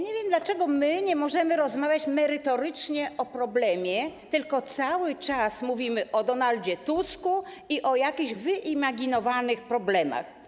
Nie wiem, dlaczego nie możemy rozmawiać merytorycznie o problemie, tylko cały czas mówimy o Donaldzie Tusku i o jakichś wyimaginowanych problemach.